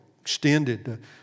extended